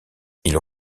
ils